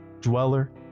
Dweller